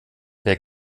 wer